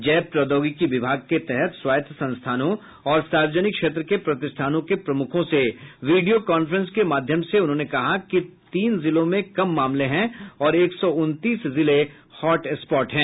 जैव प्रौद्योगिकी विभाग के तहत स्वायत्त संस्थानों और सार्वजनिक क्षेत्र के प्रतिष्ठानों के प्रमुखों से वीडियों कांफ्रेंस के माध्यम से उन्होंने कहा कि तीन जिलों में कम मामले हैं और एक सौ उनतीस जिले हॉटस्पॉट हैं